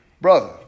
brother